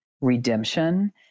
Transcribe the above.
redemption